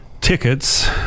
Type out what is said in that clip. tickets